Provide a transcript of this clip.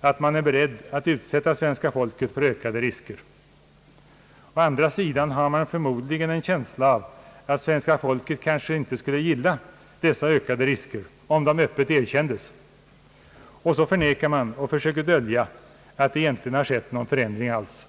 att man är beredd att utsätta svenska folket för ökade risker. Å andra sidan har man förmodligen en känsla av att svenska folket kanske inte skulle gilla dessa ökade risker om de öppet erkändes, och så förnekar man och försöker dölja att det har skett någon egentlig förändring alls.